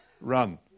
Run